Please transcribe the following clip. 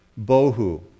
Bohu